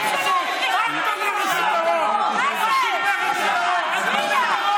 יושב-ראש ועדת חוץ וביטחון,